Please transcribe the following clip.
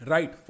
Right